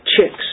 chicks